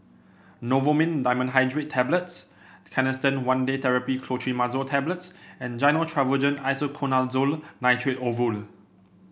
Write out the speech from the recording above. Novomin Dimenhydrinate Tablets Canesten One Day Therapy Clotrimazole Tablets and Gyno Travogen Isoconazole Nitrate Ovule